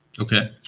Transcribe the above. Okay